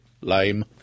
Lame